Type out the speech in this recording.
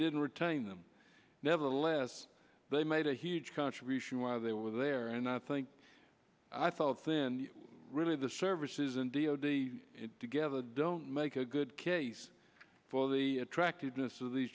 didn't retain them nevertheless they made a huge contribution while they were there and i think i thought then really the services in d o d together don't make a good case for the attractiveness of these